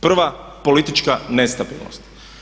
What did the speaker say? Prava politička nestabilnost.